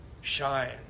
shine